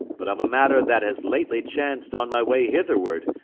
but of a matter that has lately chanced on my way hitherward,